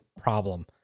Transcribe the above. problem